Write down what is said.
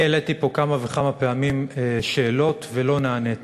אני העליתי פה כמה וכמה פעמים שאלות ולא נעניתי.